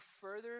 further